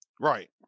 Right